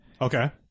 Okay